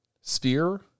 sphere